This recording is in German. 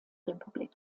republik